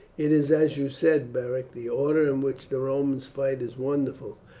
it is as you said, beric the order in which the romans fight is wonderful.